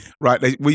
right